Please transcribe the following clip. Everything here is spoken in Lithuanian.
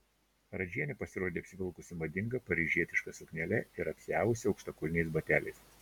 radžienė pasirodė apsivilkusi madinga paryžietiška suknele ir apsiavusi aukštakulniais bateliais